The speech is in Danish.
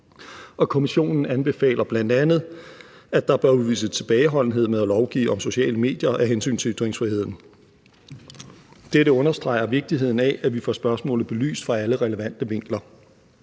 kommissionen anbefaler bl.a., at der bør udvises tilbageholdenhed med at lovgive om sociale medier af hensyn til ytringsfriheden. Dette understreger vigtigheden af, at vi får spørgsmålet belyst fra alle relevante vinkler.